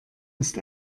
ist